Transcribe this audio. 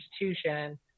institution